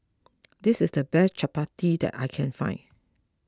this is the best Chappati that I can find